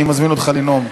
אני מזמין אותך לנאום.